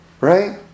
right